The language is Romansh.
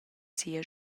sia